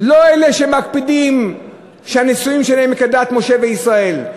לא אלה שמקפידים שהנישואים שלהם יהיו כדת משה וישראל.